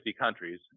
countries